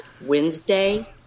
Wednesday